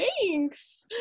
thanks